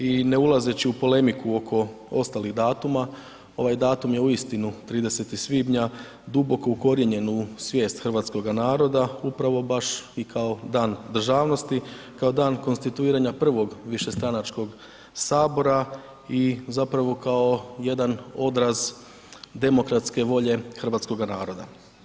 I ne ulazeći u polemiku oko ostalih datuma, ovaj datum je uistinu 30. svibnja duboko ukorijenjen u svijest hrvatskoga naroda upravo baš i kao Dan državnosti, kao dan konstituiranja prvog višestranačkog Sabora i zapravo kao jedan odraz demokratske volje hrvatskoga naroda.